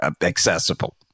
accessible